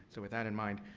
so with that in mind,